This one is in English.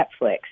Netflix